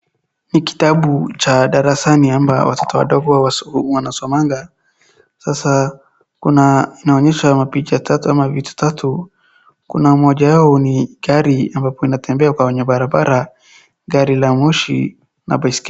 Ni kitabu cha darasani ama watoto wadogo wanasomanga, sasa kuna inaonyesha mapicha tatu ama picha tatu, kuna moja yao ni gari ambapo inatembea kwenye barabara, gari la moshi, na baiskeli.